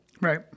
Right